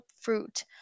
fruit